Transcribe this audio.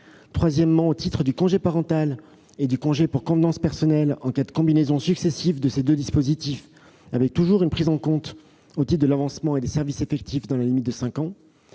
cours de la carrière. Le congé parental et le congé pour convenances personnelles, en cas de combinaison successive de ces deux dispositifs, sont pris en compte au titre de l'avancement et des services effectifs dans la limite de cinq ans.